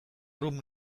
room